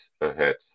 ahead